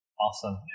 Awesome